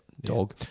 dog